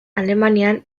alemanian